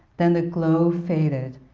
then the glow faded,